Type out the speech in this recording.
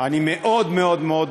אני מאוד מאוד מאוד